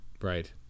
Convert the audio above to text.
Right